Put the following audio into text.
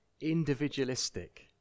individualistic